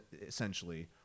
essentially